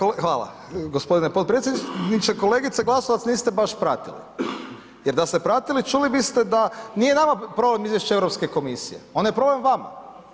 Kolegice, hvala gospodine potpredsjedniče, kolegice Glasovac niste baš pratili, jer da ste pratili čuli biste nije nama problem izvješće Europske komisije ono je problem vama.